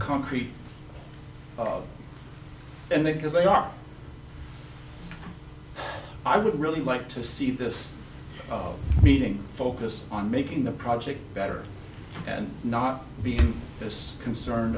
concrete and they because they are i would really like to see this meeting focus on making the project better and not being this concerned